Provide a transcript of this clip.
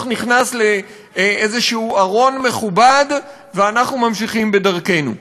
נכנס לאיזה ארון מכובד ואנחנו ממשיכים בדרכנו.